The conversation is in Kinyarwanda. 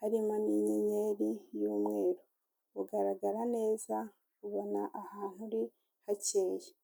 harimo n'inyenyeri y'umweru. Bugaragara neza ubona ahantu uri hakeye.